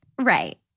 Right